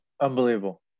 Unbelievable